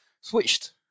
switched